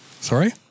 sorry